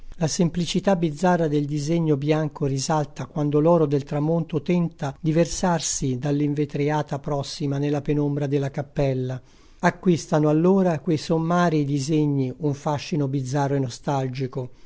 la semplicità bizzarra del disegno bianco risalta quando l'oro del tramonto tenta versarsi dall'invetriata prossima nella penombra della cappella acquistano allora quei sommarii disegni un fascino bizzarro e nostalgico